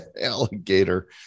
alligator